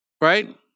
right